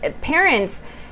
parents